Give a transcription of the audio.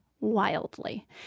wildly